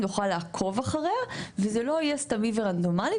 וזה לא סתמי ורנדומלי,